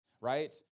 right